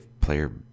player